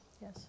Yes